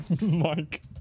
Mike